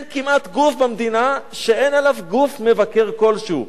אין כמעט גוף במדינה שאין עליו גוף מבקר כלשהו.